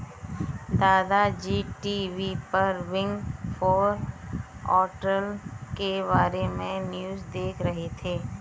दादा जी टी.वी पर बिग फोर ऑडिटर के बारे में न्यूज़ देख रहे थे